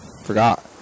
forgot